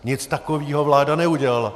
Nic takového vláda neudělala.